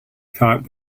thought